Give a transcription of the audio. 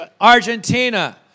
Argentina